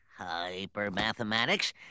hypermathematics